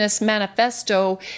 manifesto